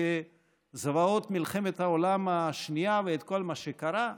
זוועות מלחמת העולם השנייה ואת כל מה שקרה,